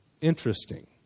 Interesting